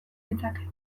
ditzake